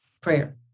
prayer